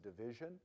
division